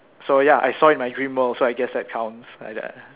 so ya I saw it my dream world so I guessed that counts like that